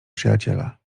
przyjaciela